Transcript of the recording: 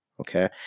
okay